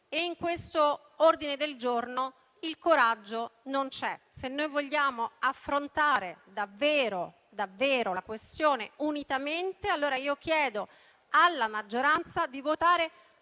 In questo ordine del giorno il coraggio non c'è. Se noi vogliamo affrontare davvero la questione unitamente, chiedo alla maggioranza di votare